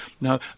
Now